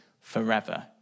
forever